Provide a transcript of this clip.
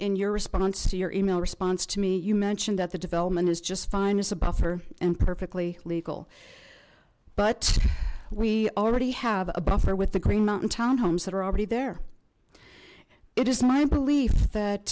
in your response to your e mail response to me you mentioned that the development is just fine as a buffer and perfectly legal but we already have a buffer with the green mountain town homes that are already there it is my belief that